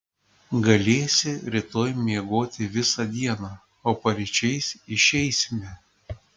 galėsi rytoj miegoti visą dieną o paryčiais išeisime